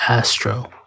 Astro